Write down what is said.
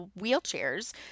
wheelchairs